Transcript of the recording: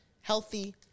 healthy